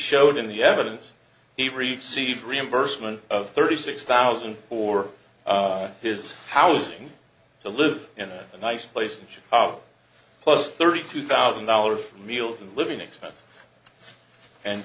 showed in the evidence he received reimbursement of thirty six thousand for his housing to live in a nice place in chicago plus thirty two thousand dollars for meals and living expenses and